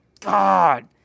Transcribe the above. God